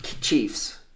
Chiefs